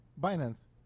Binance